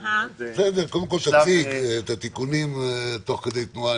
קודם כול, תציג את התיקונים תוך כדי תנועה.